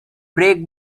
break